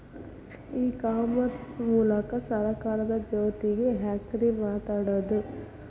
E commerce ಮೂಲಕ ಸರ್ಕಾರದ ಜೊತಿಗೆ ಹ್ಯಾಂಗ್ ರೇ ಮಾತಾಡೋದು?